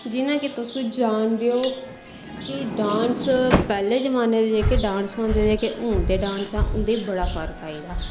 जि'यां कि तुस जानदे ओ कि डांस पैह्ले जमानै दे जेह्के डांस होंदे जेह्के हून दे डांस च उं'दे च बड़ा फर्क आई गेदा